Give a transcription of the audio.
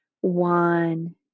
One